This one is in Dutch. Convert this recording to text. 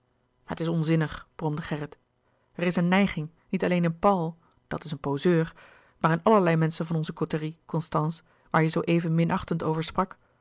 het is onzinnig bromde gerrit er is een neiging niet alleen in paul dat is een poseur maar in allerlei menschen van onze côterie constance waar je zoo even minachtend over sprak